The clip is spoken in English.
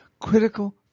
critical